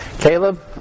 Caleb